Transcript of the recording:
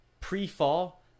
pre-fall